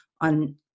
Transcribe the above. on